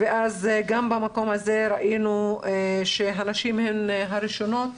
גם במקום הזה ראינו שהנשים הן הראשונות